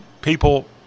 people